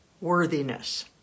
worthiness